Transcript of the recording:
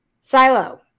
silo